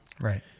Right